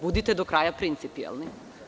Budite do kraja principijelni.